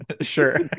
Sure